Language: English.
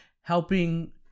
helping